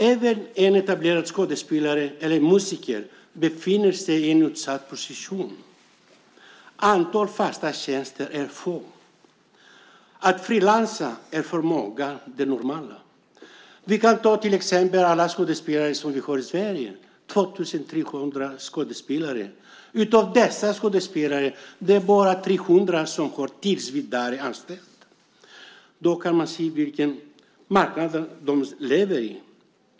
Även en etablerad skådespelare eller musiker befinner sig i en utsatt position. Antalet fasta tjänster är litet. Att frilansa är för många det normala. Av Sveriges 2 300 skådespelare är det bara 300 som har tillsvidareanställning. Då kan man se vilken marknad de lever på.